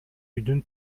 үйдүн